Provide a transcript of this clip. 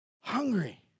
hungry